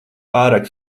pārāk